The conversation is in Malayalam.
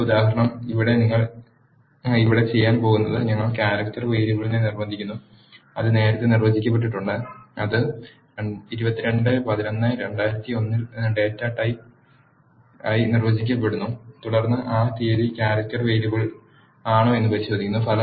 അടുത്ത ഉദാഹരണം ഇവിടെ നിങ്ങൾ ഇവിടെ ചെയ്യാൻ പോകുന്നത് ഞങ്ങൾ ക്യാരക്ടർ വേരിയബിളിനെ നിർബന്ധിക്കുന്നു അത് നേരത്തെ നിർവചിക്കപ്പെട്ടിട്ടുണ്ട് അത് 22 11 2001 ഡേറ്റ് ടൈപ്പ് ആയി നിർവചിക്കപ്പെടുന്നു തുടർന്ന് ആ തീയതി ക്യാരക്ടർ വേരിയബിൾ ആണോ എന്ന് പരിശോധിക്കുന്നു